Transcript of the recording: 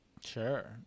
sure